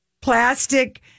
plastic